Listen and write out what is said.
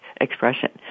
expression